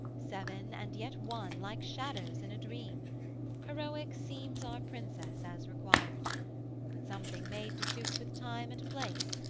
seven and yet one, like shadows in a dream heroic seems our princess as required but something made to suit with time and place,